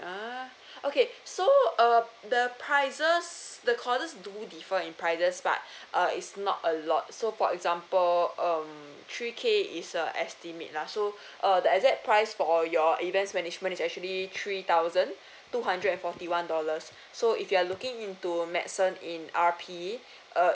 ah okay so uh the prices the courses do differ in prices but uh it's not a lot so for example um three K is a estimate lah so uh the exact price for your events management is actually three thousand two hundred and forty one dollars so if you are looking into medicine in R_P uh